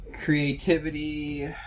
Creativity